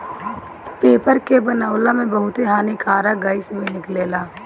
paper के बनावला में बहुते हानिकारक गैस भी निकलेला